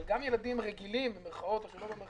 אבל גם ילדים רגילים במירכאות או לא,